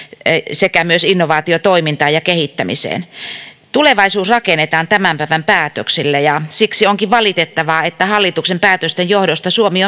sekä myös innovaatiotoimintaan ja kehittämiseen tulevaisuus rakennetaan tämän päivän päätöksille ja siksi onkin valitettavaa että hallituksen päätösten johdosta suomi